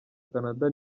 canada